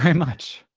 um much.